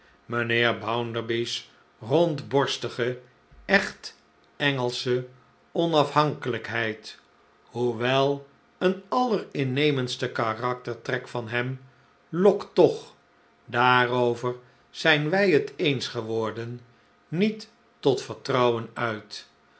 mijnheer bounderby's rondborstige echt engelsche onafhankelijkheid hoewel een allerinnemendste karaktertrek van hem lokt toch daarover zijn wij het eens geworden niet tot vertrouwen uit